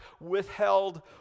withheld